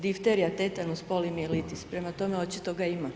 Difterija, tetanus, polimilitis, prema tome očito ga ima.